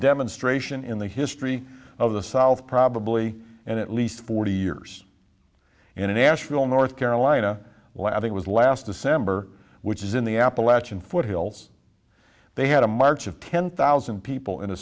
demonstration in the history of the south probably and at least forty years in asheville north carolina lad it was last december which is in the appalachian foothills they had a march of ten thousand people in